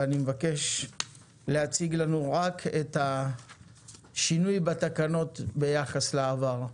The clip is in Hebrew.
ואני מבקש להציג לנו רק את השינוי בתקנות ביחס לעבר.